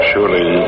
Surely